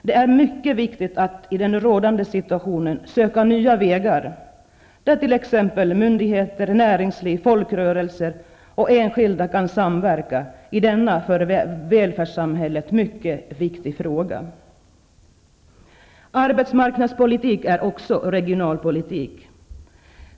Det är mycket viktigt att i den rådande situationen söka nya vägar där t.ex. myndigheter, näringsliv, folkrörelser och enskilda kan samverka i denna för välfärdssamhället så viktiga fråga. Arbetsmarknadspolitik innefattar också regionalpolitik.